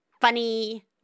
funny